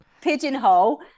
pigeonhole